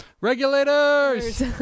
Regulators